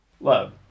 Love